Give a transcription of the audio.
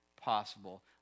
possible